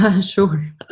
Sure